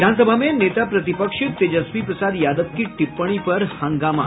विधानसभा में नेता प्रतिपक्ष तेजस्वी प्रसाद यादव की टिप्पणी पर हंगामा